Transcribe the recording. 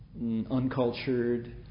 uncultured